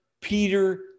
Peter